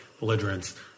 belligerents